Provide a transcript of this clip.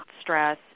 stress